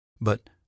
But